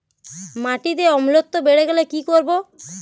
মাটিতে অম্লত্ব বেড়েগেলে কি করব?